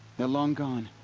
they're long gone.